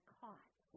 caught